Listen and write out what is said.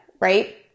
right